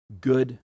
good